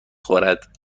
خورد